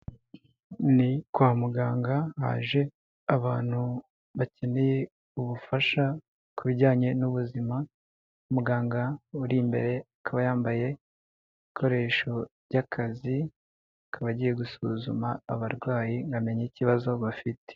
Ni kwa muganga haje abantu bakeneye ubufasha ku bijyanye n'ubuzima, muganga uri imbere akaba yambaye ibikoresho by'akazi, akaba agiye gusuzuma abarwayi amenya ikibazo bafite.